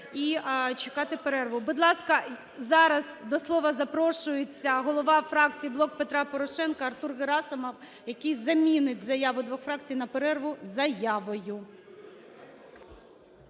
і чекати перерву. Будь ласка, зараз до слова запрошується голова фракції "Блок Петра Порошенка" Артур Герасимов, який замінить заяву двох фракцій на перерву заявою.